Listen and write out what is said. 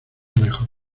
mejor